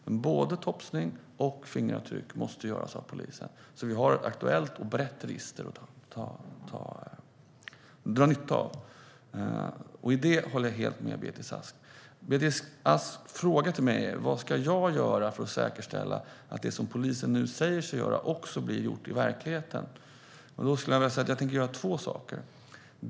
Men både topsning och fingeravtryck måste göras av polisen så att vi har ett aktuellt och brett register att dra nytta av. I det håller jag helt med Beatrice Ask. Beatrice Ask frågar mig vad jag ska göra för att säkerställa att det som polisen nu säger sig göra också blir gjort i verkligheten. Jag tänker göra två saker.